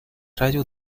rayo